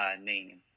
name